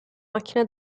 macchina